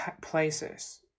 places